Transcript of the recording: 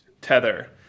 Tether